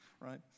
right